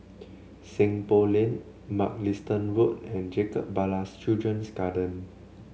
Seng Poh Lane Mugliston Road and Jacob Ballas Children's Garden